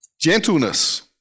Gentleness